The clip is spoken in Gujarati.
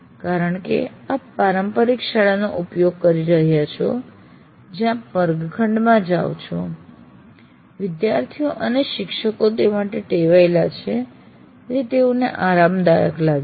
કારણ કે આપ પારંપરિક શાળાઓનો ઉપયોગ કરી રહ્યા છો જ્યાં આપ વર્ગખંડમાં જાઓ છો વિદ્યાર્થીઓ અને શિક્ષકો તે માટે ટેવાયેલા છે તેથી તેઓને આરામદાયક લાગે છે